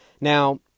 Now